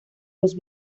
los